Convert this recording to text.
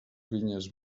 vinyes